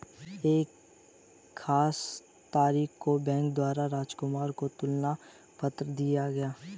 एक खास तारीख को बैंक द्वारा राजकुमार को तुलन पत्र दिया गया